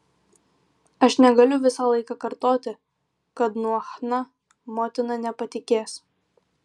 aš negaliu visą laiką kartoti kad nuo chna motina nepatikės